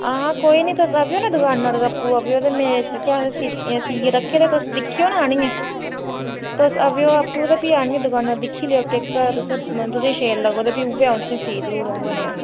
आं कोई नी तुस आगेओ ना दकानां पर आपूं अग्गेओ ना में केह् आखदे सीऐ रक्खे दे दिक्खेओ ना आह्नियै तुस आवेओ आपूं ते फ्ही आह्नियै दकानां पर दिक्खी लेओ केह् पता तुसेंगी आं'दे दे शैल लग्गग ते फ्ही उ'ऐ अस सी देई औड़गे उऐ नेहा